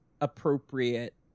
appropriate